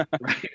Right